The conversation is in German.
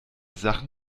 sachen